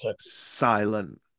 silent